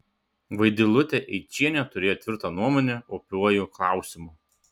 vaidilutė eičienė turėjo tvirtą nuomonę opiuoju klausimu